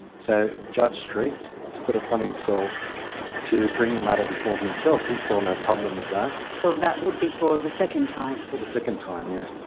so judge street took it upon himself to bring the matter before himself. he saw no problem with that. so that would be for the second time? for the second time, yeah.